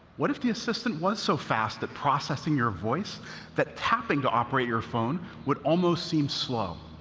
what if the assistant was so fast at processing your voice that tapping to operate your phone would almost seem slow?